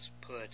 put